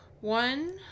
one